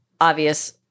Obvious